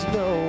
no